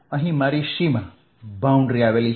અહીં મારી સીમા છે